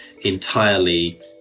entirely